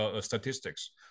statistics